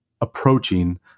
approaching